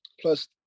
plus